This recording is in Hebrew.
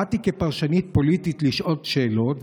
באתי כפרשנית פוליטית לשאול שאלות,